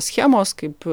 schemos kaip